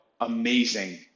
amazing